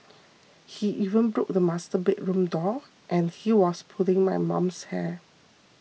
he even broke the master bedroom door and he was pulling my mum's hair